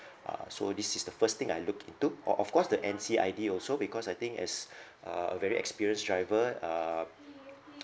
uh so this is the first thing I look into or of course the N_C I_D also because I think as uh a very experienced driver uh